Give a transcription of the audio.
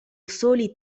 soli